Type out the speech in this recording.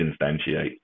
instantiate